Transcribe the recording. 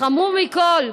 החמור מכול,